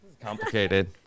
complicated